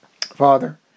Father